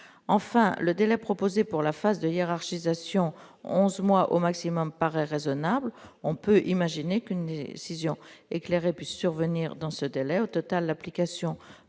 enfin le délai proposé pour la phase de hiérarchisation 11 mois au maximum paraît raisonnable, on peut imaginer qu'une scission éclairé puisse survenir dans ce délai, au total, l'application